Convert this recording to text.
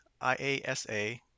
IASA